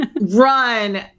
run